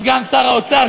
סגן שר האוצר,